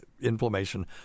Inflammation